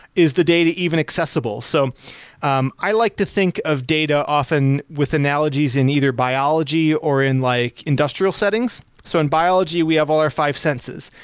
is the data even accessible? so um i i like to think of data often with analogies in either biology or in like industrial settings. so in biology, we have all our five senses,